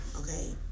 Okay